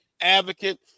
advocate